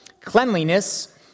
Cleanliness